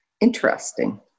Interesting